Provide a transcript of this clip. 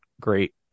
great